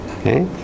okay